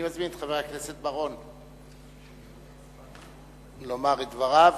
אני מזמין את חבר הכנסת בר-און לומר את דבריו,